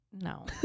No